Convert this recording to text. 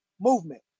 movement